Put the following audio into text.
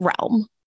realm